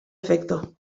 efecto